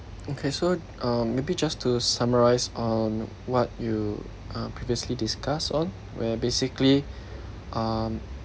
okay so uh maybe just to summarise on what you uh previously discussed on where basically um